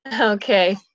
Okay